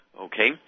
Okay